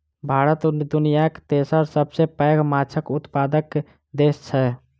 भारत दुनियाक तेसर सबसे पैघ माछक उत्पादक देस छै